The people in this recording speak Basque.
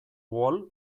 wall